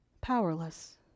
powerless